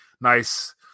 nice